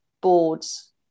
boards